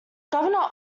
governor